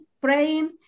praying